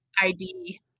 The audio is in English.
ID